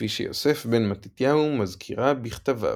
כפי שיוסף בן מתתיהו מזכירה בכתביו.